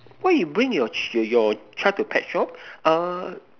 why you bring your your your child to pet shop err